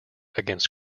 against